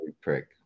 prick